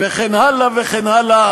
וכן הלאה וכן הלאה,